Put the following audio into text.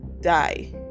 die